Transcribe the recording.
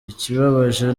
ikibabaje